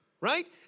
right